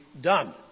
done